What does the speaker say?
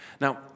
Now